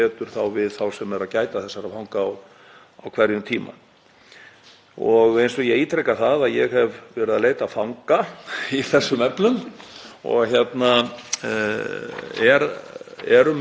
og við erum með í undirbúningi breytingar á þessu umhverfi. Stóra málið á Litla-Hrauni verður auðvitað þessi nýbygging sem mun skipta sköpum í allri aðstöðu, bæði fyrir fangaverði